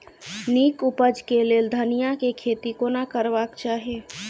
नीक उपज केँ लेल धनिया केँ खेती कोना करबाक चाहि?